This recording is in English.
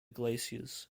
glaciers